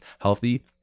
healthy